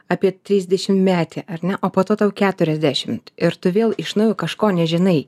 apie trisdešimtmetį ar ne o po to tau keturiasdešimt ir tu vėl iš naujo kažko nežinai